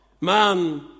Man